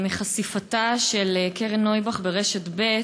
מחשיפתה של קרן נויבך ברשת ב'